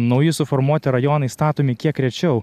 nauji suformuoti rajonai statomi kiek rečiau